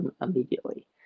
immediately